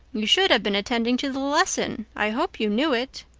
you should have been attending to the lesson. i hope you knew it.